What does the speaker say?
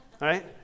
right